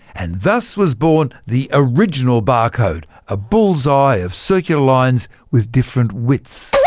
and thus was born the original barcode a bullseye of circular lines with different widths.